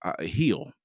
heal